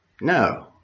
No